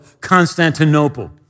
Constantinople